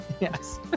Yes